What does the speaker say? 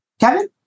Kevin